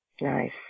Nice